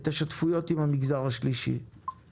את השותפויות עם המגזר השלישי,